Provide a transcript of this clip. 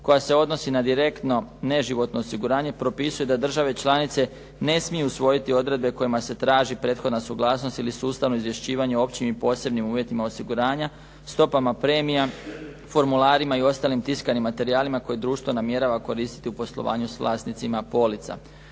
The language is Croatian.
koja se odnosi na direktno neživotno osiguranje propisuje da države članice ne smiju usvojiti odredbe kojima se traži prethodna suglasnost ili sustavno izvješćivanje u općim i posebnim uvjetima osiguranja, stopama premija, formularima i ostalim tiskanim materijalima koje društvo namjerava koristiti u poslovanju s vlasnicima polica.